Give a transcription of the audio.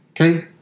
Okay